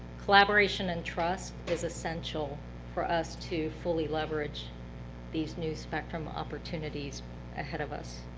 collaboration and trust is essential for us to fully leverage these new spectrum opportunities ahead of us.